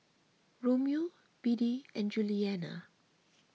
Romeo Beadie and Julianna